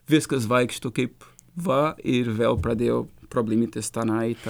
viskas vaikšto kaip va ir vėl pradėjau problemytės tenai